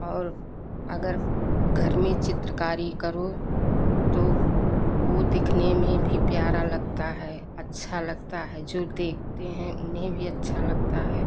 और अगर घर में चित्रकारी करो तो वह दिखने में भी प्यारा लगता है अच्छा लगता है जो देखते हैं उन्हें भी अच्छा लगता है